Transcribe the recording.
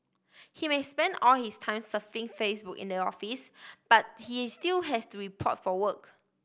he may spend all his time surfing Facebook in the office but he is still has to report for work